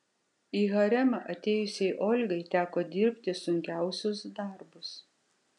į haremą atėjusiai olgai teko dirbti sunkiausius darbus